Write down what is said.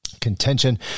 contention